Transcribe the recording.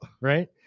Right